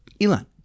Elon